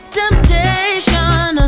temptation